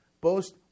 Boast